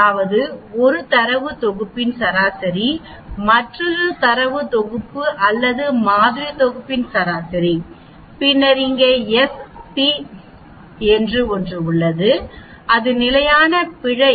அதாவது ஒரு தரவு தொகுப்பின் சராசரி மற்றொரு தரவு தொகுப்பு அல்லது மாதிரி தொகுப்பின் சராசரி பின்னர் இங்கே எஸ்பி என்று ஒன்று உள்ளது இது நிலையான பிழை